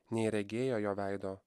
nei regėję jo veido